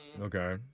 okay